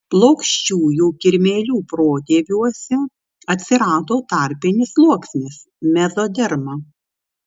plokščiųjų kirmėlių protėviuose atsirado tarpinis sluoksnis mezoderma